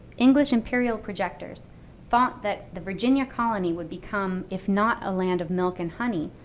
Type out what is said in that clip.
english imperial projectors thought that the virginia colony would become if not a land of milk and honey,